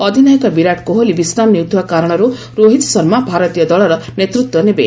ଅଧିନାୟକ ବିରାଟ୍ କୋହଲି ବିଶ୍ରାମ ନେଉଥିବା କାରଣରୁ ରୋହିତ ଶର୍ମା ଭାରତୀୟ ଦଳର ନେତୃତ୍ୱ ନେବେ